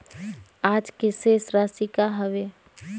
आज के शेष राशि का हवे?